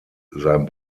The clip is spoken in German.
sein